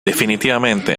definitivamente